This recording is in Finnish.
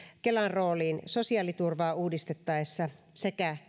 kelan rooliin sosiaaliturvaa uudistettaessa sekä